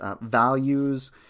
values